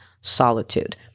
solitude